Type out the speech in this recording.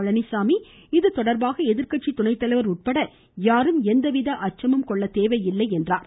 பழனிச்சாமி இது தொடர்பாக எதிர்கட்சித் துணைத்தலைவர் உட்பட யாரும் எந்தவித அச்சமும் கொள்ள தேவையில்லை என்றார்